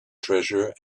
treasure